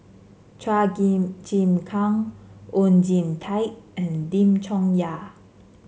Chua Chim Kang Oon Jin Teik and Lim Chong Yah